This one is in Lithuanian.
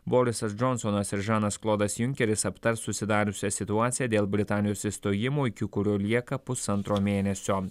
borisas džonsonas ir žanas klodas junkeris aptars susidariusią situaciją dėl britanijos išstojimo iki kurio lieka pusantro mėnesio